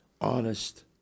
honest